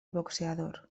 boxeador